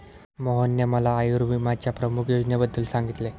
मोहनने मला आयुर्विम्याच्या प्रमुख योजनेबद्दल सांगितले